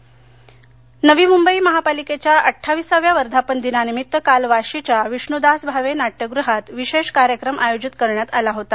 नवी मंबई नवी मुंबई महापालिकेच्या अड्वावीसाव्या वर्धापनदिनानिमित्त काल वाशीच्या विष्णूदास भावे नाटयगृहात विशेष कार्यक्रम आयोजित करण्यात आला होता